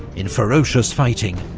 in ferocious fighting,